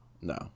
No